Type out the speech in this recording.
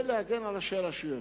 להגן על ראשי רשויות.